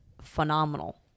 phenomenal